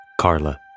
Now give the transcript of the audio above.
Carla